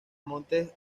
montes